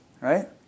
right